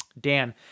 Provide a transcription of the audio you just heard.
dan